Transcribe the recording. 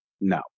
No